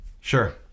Sure